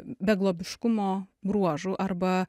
beglobiškumo bruožų arba